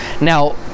now